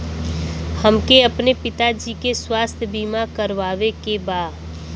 हमके अपने पिता जी के स्वास्थ्य बीमा करवावे के बा?